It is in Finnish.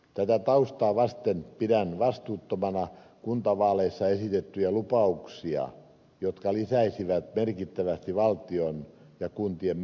tätä taustaa vasten pidän vastuuttomina kuntavaaleissa esitettyjä lupauksia jotka lisäisivät merkittävästi valtion ja kuntien menoja